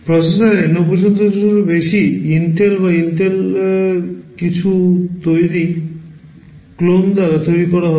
প্রসেসরের 90 এরও বেশি ইন্টেল বা ইন্টেলের তৈরি কিছু ক্লোন দ্বারা তৈরি করা হয়